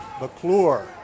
McClure